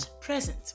present